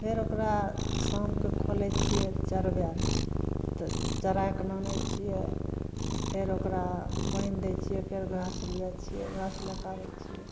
फेर ओकरा शामके खोलै छिए चरबैले तऽ चरैके आनै छिए फेर ओकरा बान्हि दै छिए फेर घास ले जाइ छिए घास लैके आबै छिए